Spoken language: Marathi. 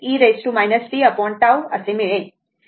म्हणजे याचा अर्थ असा की मी ते समजावतो